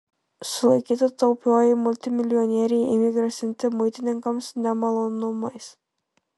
sulaikyta taupioji multimilijonierė ėmė grasinti muitininkams nemalonumais